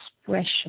expression